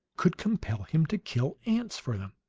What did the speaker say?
could compel him to kill ants for them?